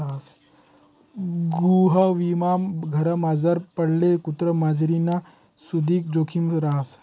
गृहविमामा घरमझार पाळेल कुत्रा मांजरनी सुदीक जोखिम रहास